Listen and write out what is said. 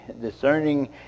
discerning